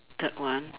third one